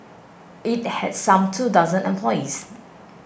it had some two dozen employees